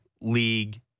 league